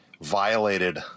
violated